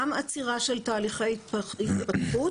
גם עצירה של תהליכי התפתחות,